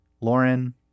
Lauren